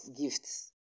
gifts